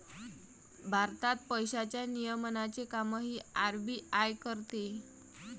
भारतात पैशांच्या नियमनाचे कामही आर.बी.आय करते